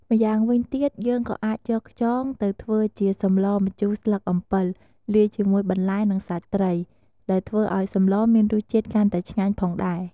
ម្យ៉ាងវិញទៀត យើងក៏អាចយកខ្យងទៅធ្វើជាសម្លរម្ជូរស្លឹកអំពិល លាយជាមួយបន្លែនិងសាច់ត្រី ដែលធ្វើឱ្យសម្លរមានរសជាតិកាន់តែឆ្ងាញ់ផងដែរ។